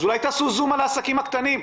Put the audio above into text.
אז אולי תעשו זום על העסקים הקטנים,